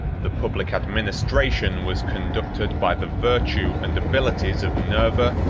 the public administration was conducted by the virtue and abilities of nerva,